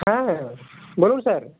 হ্যাঁ বলুন স্যার